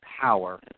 power